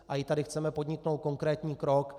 A i tady chceme podniknout konkrétní krok.